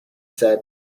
said